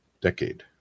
decade